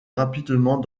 rapidement